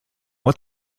what